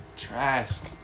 Trask